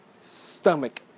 stomach